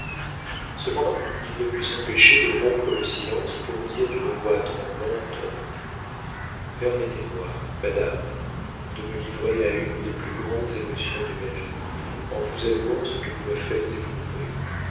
cependant il ne put s'empêcher de rompre le silence pour dire d'une voix tremblante permettez-moi madame de me livrer à une des plus grandes émotions de ma vie en vous avouant ce que vous me faites éprouver